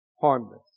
harmless